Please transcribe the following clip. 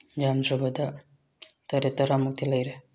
ꯌꯥꯝꯗ꯭ꯔꯕꯗ ꯇꯔꯦꯠ ꯇꯔꯥꯃꯨꯛꯇꯤ ꯂꯩꯔꯦ